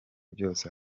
byose